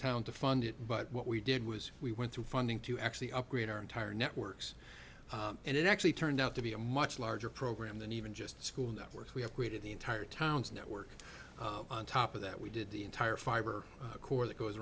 town to fund it but what we did was we went through funding to actually upgrade our entire networks and it actually turned out to be a much larger program than even just school networks we have created the entire towns network on top of that we did the entire fiber core that goes